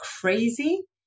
crazy